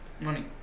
Money